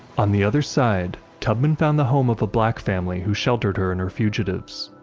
on the other side, tubman found the home of a black family who sheltered her and her fugitives.